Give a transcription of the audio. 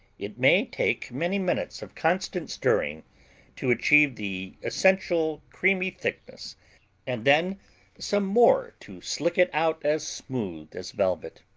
it may take many minutes of constant stirring to achieve the essential creamy thickness and then some more to slick it out as smooth as velvet.